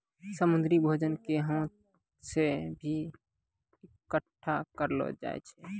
समुन्द्री भोजन के हाथ से भी इकट्ठा करलो जाय छै